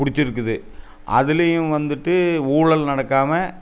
பிடிச்சிருக்குது அதுலேயும் வந்துட்டு ஊழல் நடக்காமல்